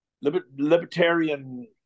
libertarian